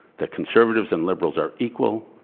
that conservatives and liberals are equal,